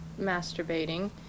masturbating